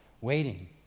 waiting